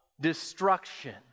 Destruction